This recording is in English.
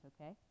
okay